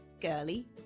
girly